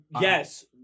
Yes